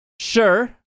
Sure